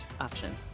option